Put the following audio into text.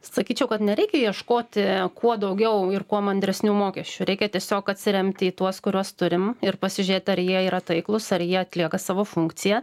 sakyčiau kad nereikia ieškoti kuo daugiau ir kuo mandresnių mokesčių reikia tiesiog atsiremti į tuos kuriuos turim ir pasižiūrėt ar jie yra taiklūs ar jie atlieka savo funkciją